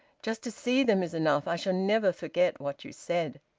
just to see them is enough. i shall never forget what you said.